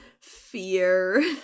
fear